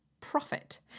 profit